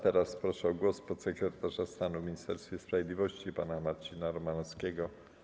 Teraz proszę o głos podsekretarza stanu w Ministerstwie Sprawiedliwości pana Marcina Romanowskiego.